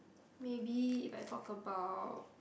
maybe if I talk about